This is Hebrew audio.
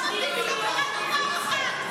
אין קריאות,